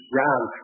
round